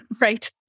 right